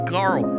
Carl